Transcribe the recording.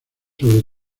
sobre